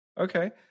okay